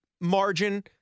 margin